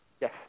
Yes